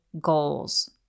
goals